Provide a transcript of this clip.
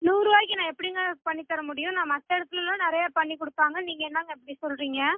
நூறுரூவாய்க்கு நான் எப்படிங்க பண்ணித் தர முடியும் நான் மற்ற இடத்துலலாம் நிறைய பண்ணிக் கொடுப்பாங்க நீங்கள் என்னாங்க இப்படி சொல்றீங்க